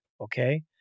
Okay